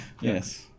Yes